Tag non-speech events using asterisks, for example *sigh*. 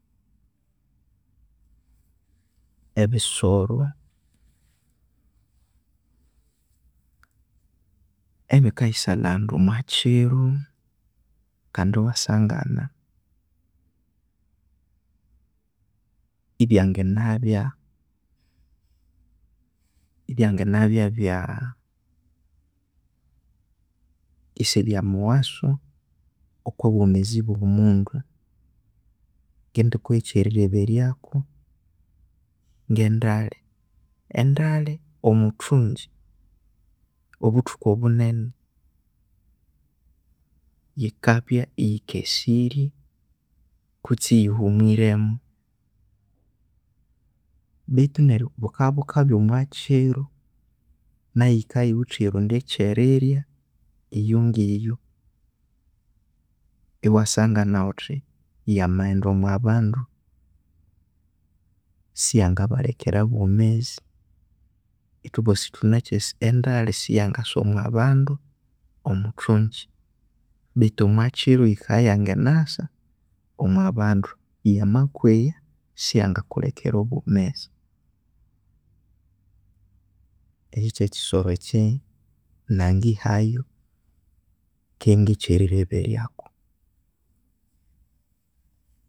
Ebisoro, ebikaghisalhaghanda omwa kiro kandi ewasangana, ebyanganabya, ebyanganabya *hesitation* isibyamughasu okwa bomezi bo mundu ngendikuha ekyerilheberyako nge ndale endale omwithungyi obuthuku obunene yikabya eyikesire kutse ighihumwiremu beithu neryo bukabya bukabya omwa kiro iyo ngiyo ewamasangana wuthi yamaghendi omwa bandu siyangabalhekera obwemezi ithwaboosi thunakyasi endale siyangasa omwa bandu omwithungyi beithu omwakiro yikabya eyanganasa omwa bandu yamakweya siyangakulhekera obwomezi, eki ekyisoro ekyinangamihayo keghe ngekyerilheberyako